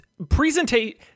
Presentate